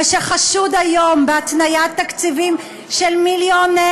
ושחשוד היום בהתניית תקציבים של מיליוני